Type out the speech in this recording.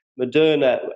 Moderna